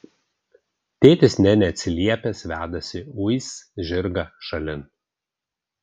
tėtis nė neatsiliepęs vedasi uis žirgą šalin